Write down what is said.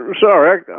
Sorry